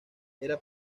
era